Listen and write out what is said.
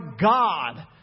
God